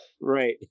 Right